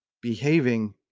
behaving